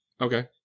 Okay